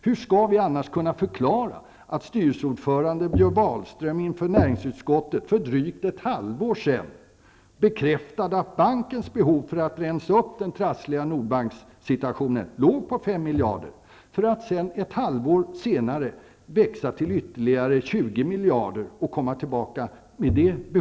Hur skall vi annars kunna förklara att styrelseordförande Björn Wahlström inför näringsutskottet för drygt ett halvår sedan bekräftade att bankens behov av att rensa upp när det gällde den trassliga Nordbankssituationen gällde 5 miljarder för att ett halvår senare växa till ytterligare 20 miljarder?